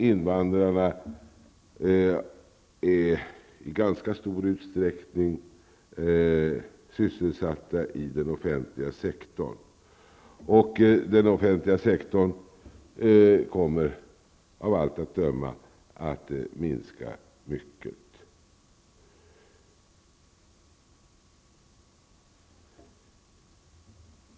Invandrarna är i ganska stor utsträckning sysselsatta inom den offentliga sektorn. Den offentliga sektorn kommer av allt att döma att minska mycket.